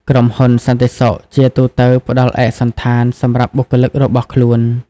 ក្រុមហ៊ុនសន្តិសុខជាទូទៅ ផ្តល់ឯកសណ្ឋាន សម្រាប់បុគ្គលិករបស់ខ្លួន។